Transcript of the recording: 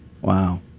Wow